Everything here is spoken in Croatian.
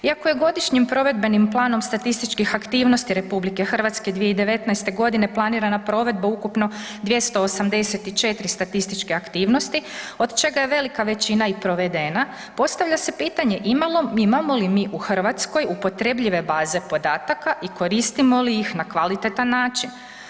Iako je Godišnjim provedbenim planom statističkih aktivnosti RH 2019.g. planirana provedba ukupno 284 statističke aktivnosti, od čega je velika većina i provedena, postavlja se pitanje imamo li mi u Hrvatskoj upotrebljive baze podataka i koristimo li ih na kvalitetan način?